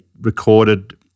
recorded